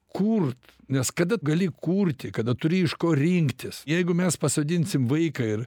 kurt nes kada gali kurti kada turi iš ko rinktis jeigu mes pasodinsim vaiką ir